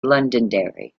londonderry